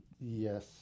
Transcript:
Yes